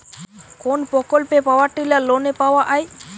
কোন প্রকল্পে power tiller লোনে পাওয়া য়ায়?